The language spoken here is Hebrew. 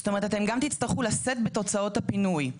זאת אומרת גם תצטרכו לשאת בתוצאות הפינוי.